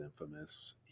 Infamous